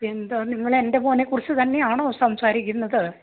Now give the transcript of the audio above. എന്താണ് നിങ്ങൾ എൻ്റെ മോനെക്കുറിച്ച് തന്നെയാണോ സംസാരിക്കുന്നത്